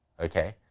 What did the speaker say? okay.